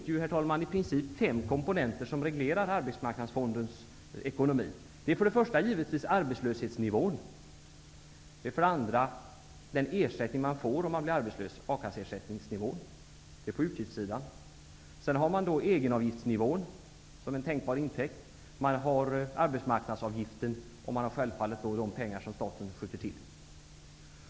Det finns i princip fem komponenter som reglerar Arbetsmarknadsfondens ekonomi. Det är för det första givetvis arbetslöshetsnivån. Det är för det andra den ersättning som man får om man blir arbetslös -- a-kasseersättningsnivån. Det är på utgiftssidan. Sedan har man egenavgiftsnivån som en tänkbar intäkt, man har arbetsmarknadsavgiften, och man har självfallet de pengar som staten skjuter till.